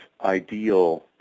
ideal